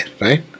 right